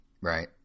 Right